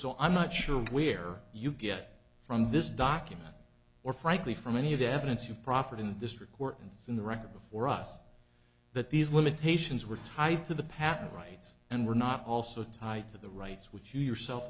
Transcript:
so i'm not sure where you get from this document or frankly from any of the evidence you proffered in this record and it's in the record before us that these limitations were tied to the patent rights and were not also tied to the rights which you yourself